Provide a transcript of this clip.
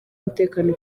umutekano